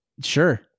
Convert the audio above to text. sure